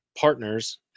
partners